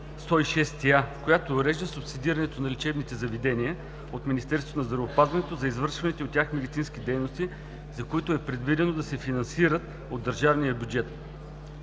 106а, която реже субсидирането на лечебните заведения от Министерството на здравеопазването за извършваните от тях медицински дейности, за които е предвидено да се финансират от Държавния бюджет.